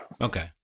Okay